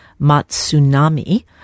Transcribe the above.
Matsunami